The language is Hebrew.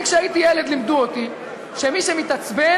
אני, כשהייתי ילד לימדו אותי שמי שמתעצבן,